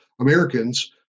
Americans